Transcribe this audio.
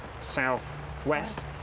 southwest